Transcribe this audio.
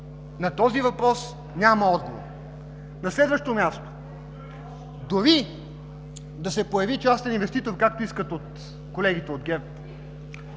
на този въпрос няма отговор. На следващо място, дори и да се появи частен инвеститор, както искат колегите от ГЕРБ,